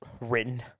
written